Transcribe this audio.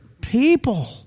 people